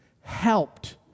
helped